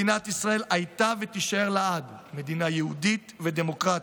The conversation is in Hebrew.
מדינת ישראל הייתה ותישאר לעד מדינה יהודית ודמוקרטית,